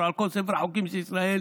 תעבור על כל ספר החוקים של ישראל,